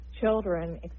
children